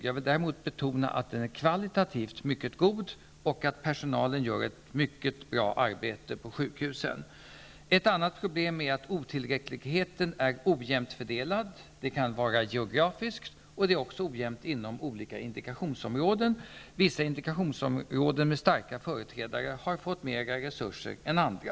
Jag vill däremot betona att den kvalitativt är mycket god och att personalen gör ett mycket bra arbete på sjukhusen. Ett annat problem är att otillräckligheten är ojämnt fördelad. Det kan gälla geografiskt, och den är också ojämnt fördelad inom olika indikationsområden. Vissa indikationsområden med starka företrädare har fått mer resurser än andra.